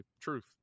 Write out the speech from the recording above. truth